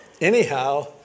anyhow